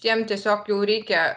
tiem tiesiog jau reikia